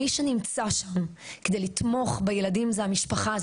מי שנמצא שם כדי לתמוך בילדים זה המשפחה,